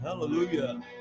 Hallelujah